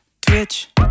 Twitch